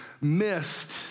missed